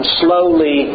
slowly